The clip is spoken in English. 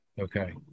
Okay